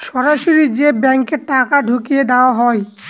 সরাসরি যে ব্যাঙ্কে টাকা ঢুকিয়ে দেওয়া হয়